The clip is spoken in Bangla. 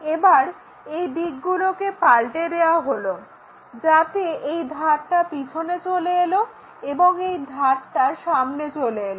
এবার এই দিকগুলোকে পাল্টে দেওয়া হলো যাতে এই ধারটা পিছনে চলে গেলো এবং এই ধারটা সামনে চলে এলো